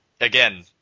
again